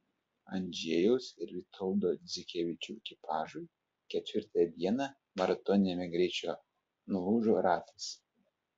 andžejaus ir vitoldo dzikevičių ekipažui ketvirtąją dieną maratoniniame greičio nulūžo ratas